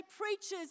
preachers